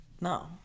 No